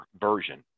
version